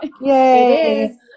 Yay